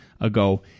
ago